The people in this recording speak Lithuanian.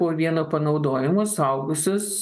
po vieno panaudojimo suaugusius